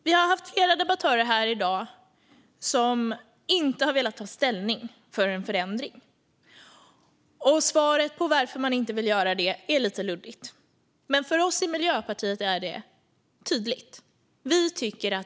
Vi har haft flera debattörer här i dag som inte har velat ta ställning för en förändring. Svaret på varför de inte vill göra det är lite luddigt. Men för oss i Miljöpartiet är det tydligt.